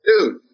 dude